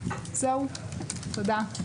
תודה.